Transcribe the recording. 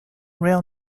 rail